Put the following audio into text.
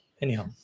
Anyhow